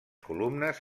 columnes